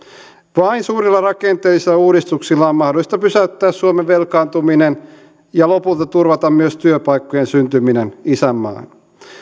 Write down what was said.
vain suurilla rakenteellisilla uudistuksilla on mahdollista pysäyttää suomen velkaantuminen ja lopulta turvata myös työpaikkojen syntyminen isänmaahan